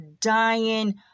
dying